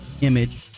image